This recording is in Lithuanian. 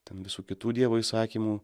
ten visų kitų dievo įsakymų